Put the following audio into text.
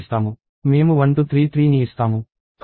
మేము 1233 ని ఇస్తాము అది 9 అవుతుంది